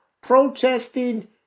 Protesting